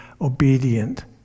obedient